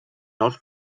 nous